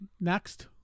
next